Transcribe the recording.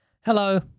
Hello